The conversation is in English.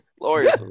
Glorious